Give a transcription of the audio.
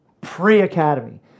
pre-academy